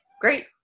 Great